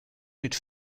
mit